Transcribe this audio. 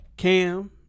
Cam